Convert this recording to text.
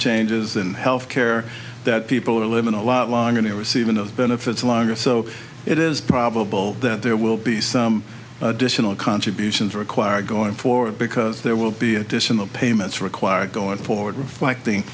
changes in health care that people are living a lot longer to receive in those benefits longer so it is probable that there will be some additional contributions required going forward because there will be additional payments required going forward reflecting